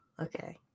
okay